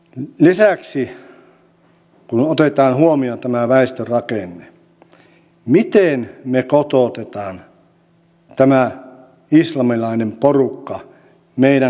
lisäksi kun otetaan huomioon tämä väestörakenne miten me kotoutamme tämän islamilaisen porukan meidän kotimaahamme